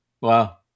Wow